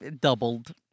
doubled